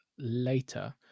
later